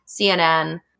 CNN